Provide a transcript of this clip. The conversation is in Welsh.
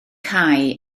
cau